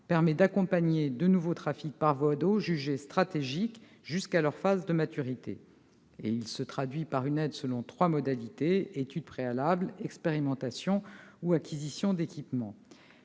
permet d'accompagner de nouveaux trafics par voie d'eau, jugés stratégiques, jusqu'à leur phase de maturité. Il se traduit par une aide qui intervient selon trois modalités : réalisation d'études préalables, expérimentation ou acquisition d'équipements.